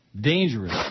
dangerous